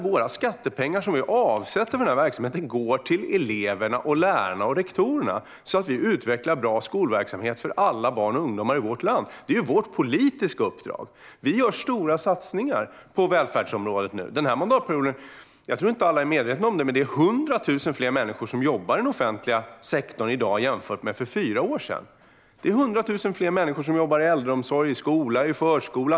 Våra skattepengar, som vi avsätter till denna verksamhet, ska gå till elever, lärare och rektorer så att vi kan utveckla bra skolverksamhet för alla barn och ungdomar i vårt land. Det är vårt politiska uppdrag. Vi har gjort stora satsningar på välfärdsområdet under den här mandatperioden. Jag tror inte att alla är medvetna om det, men 100 000 fler människor jobbar i dag i den offentliga sektorn jämfört med för fyra år sedan. Det är 100 000 fler människor som jobbar inom äldreomsorgen, skolan och förskolan.